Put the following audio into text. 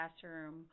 classroom